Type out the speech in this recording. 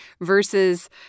versus